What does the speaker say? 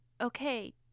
okay